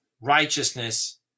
righteousness